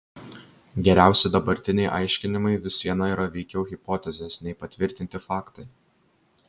geriausi dabartiniai aiškinimai vis viena yra veikiau hipotezės nei patvirtinti faktai